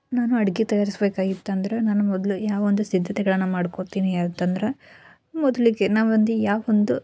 ನಾನು ಅಡಿಗೆ ತಯಾರಿಸ್ಬೇಕಾಗಿತ್ತಂದ್ರೆ ನಾನು ಮೊದಲು ಯಾವ ಒಂದು ಸಿದ್ದತೆಗಳನ್ನು ಮಾಡ್ಕೋತೀನಿ ಅಂತಂದ್ರೆ ಮೊದಲಿಗೆ ನಾವು ಒಂದು ಯಾವ ಒಂದು